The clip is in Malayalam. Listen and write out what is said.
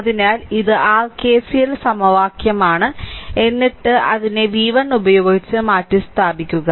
അതിനാൽ ഇത് r KCL സമവാക്യമാണ് എന്നിട്ട് അതിനെ v1 ഉപയോഗിച്ച് മാറ്റിസ്ഥാപിക്കുക